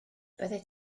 byddet